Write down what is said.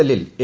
എല്ലിൽ എ